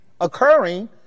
occurring